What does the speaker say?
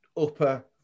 upper